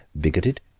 bigoted